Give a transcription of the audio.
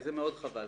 וזה מאוד חבל.